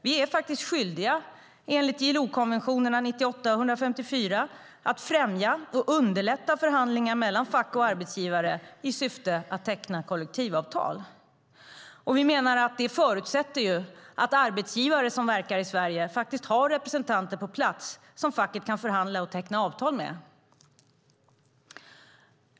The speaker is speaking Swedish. Vi är skyldiga enligt ILO-konventionerna 98 och 154 att främja och underlätta förhandlingar mellan fack och arbetsgivare i syfte att teckna kollektivavtal. Vi menar att det förutsätter att arbetsgivare som verkar i Sverige faktiskt har representanter på plats som facket kan förhandla och teckna avtal med.